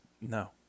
No